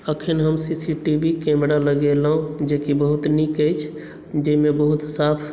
अखन हम C C T V camera लगेलहुँ जे कि बहुत नीक अछि जाहिमे बहुत साफ